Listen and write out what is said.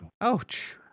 Ouch